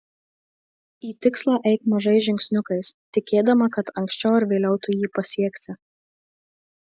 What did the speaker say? į tikslą eik mažais žingsniukais tikėdama kad anksčiau ar vėliau tu jį pasieksi